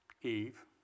Eve